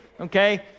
okay